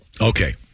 Okay